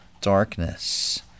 Darkness